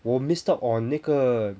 我 missed out on 那个